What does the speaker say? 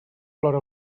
plora